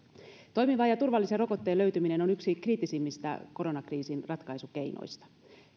toimivan ja turvallisen rokotteen löytyminen on yksi kriittisimmistä koronakriisin ratkaisukeinoista